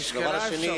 נשקלה אפשרות.